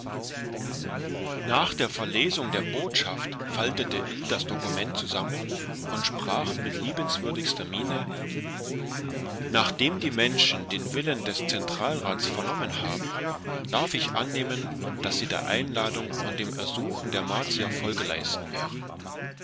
nach der verlesung der botschaft faltete ill das dokument zusammen und sprach mit liebenswürdigster miene nachdem die menschen den willen des zentralrats vernommen haben darf ich annehmen daß sie der einladung und dem ersuchen der martier folge leisten werden